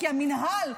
כי המינהל,